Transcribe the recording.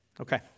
Okay